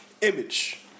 Image